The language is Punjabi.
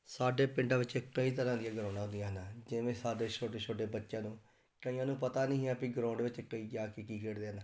ਸਾਡੇ ਪਿੰਡਾਂ ਵਿੱਚ ਕਈ ਤਰ੍ਹਾਂ ਦੀਆਂ ਗਰੋਂਡਾਂ ਹੁੰਦੀਆਂ ਹਨ ਜਿਵੇਂ ਸਾਡੇ ਛੋਟੇ ਛੋਟੇ ਬੱਚਿਆਂ ਨੂੰ ਕਈਆਂ ਨੂੰ ਪਤਾ ਨਹੀਂ ਹੈ ਪੀ ਗਰੋਂਡ ਵਿੱਚ ਕਈ ਜਾ ਕੀ ਕੀ ਖੇਡਦੇ ਹਨ